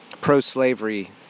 pro-slavery